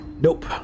Nope